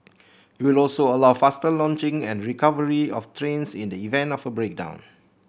it will also allow faster launching and recovery of trains in the event of a breakdown